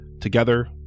Together